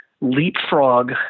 leapfrog